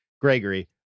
Gregory